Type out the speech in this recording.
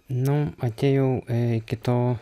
nu atėjau iki to